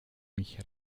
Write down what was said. mich